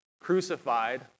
crucified